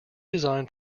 design